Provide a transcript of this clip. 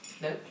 Nope